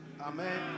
Amen